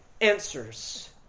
answers